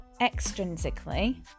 Extrinsically